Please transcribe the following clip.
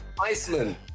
Iceland